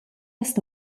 las